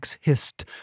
hissed